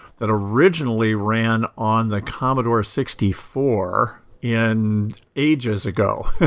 that originally ran on the commodore sixty four and ages ago.